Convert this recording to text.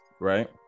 Right